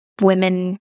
women